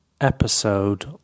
Episode